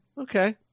Okay